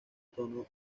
tono